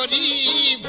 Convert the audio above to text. but e